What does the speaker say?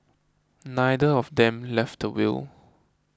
neither of them left a will